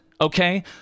okay